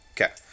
okay